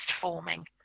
forming